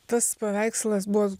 tas paveikslas buvo